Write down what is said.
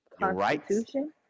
Constitution